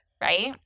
right